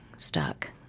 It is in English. stuck